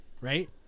Right